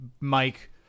Mike